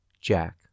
Jack